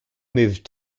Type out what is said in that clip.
moved